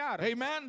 Amen